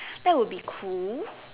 that would be cool